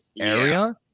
area